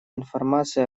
информации